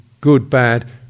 good-bad